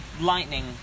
lightning